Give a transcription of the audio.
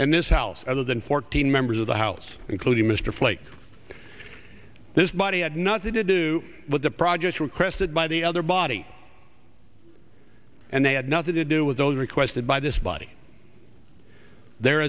and this house other than fourteen members of the house including mr flake this body had nothing to do with the projects requested by the other body and they had nothing to do with those requested by this body there